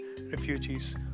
refugees